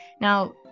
Now